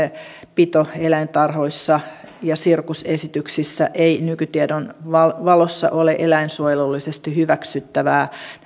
pito eläintarhoissa ja sirkusesityksissä ei nykytiedon valossa ole eläinsuojelullisesti hyväksyttävää